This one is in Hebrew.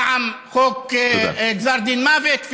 פעם חוק גזר דין מוות, תודה.